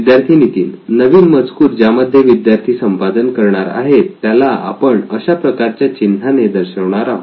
विद्यार्थी नितीन नवीन मजकूर ज्यामध्ये विद्यार्थी संपादन करणार आहेत त्याला आपण अशा प्रकारच्या चिन्हाने दर्शवणार आहोत